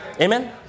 Amen